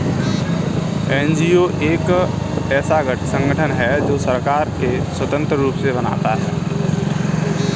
NGO एक ऐसा संगठन है जो सरकार से स्वतंत्र रूप से बनता है